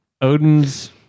Odin's